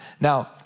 Now